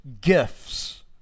gifts